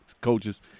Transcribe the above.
coaches